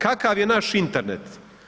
Kakav je naš Internet?